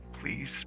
please